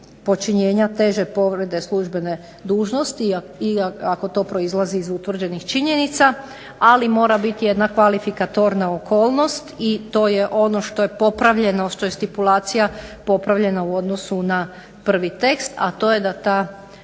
počinjenja teže povrede službene dužnosti i ako to proizlazi iz utvrđenih činjenica. Ali mora biti jedna kvalifikatorna okolnost i to je ono što je popravljeno, što je stipulacija popravljena u odnosu na prvi tekst, a to je da ta,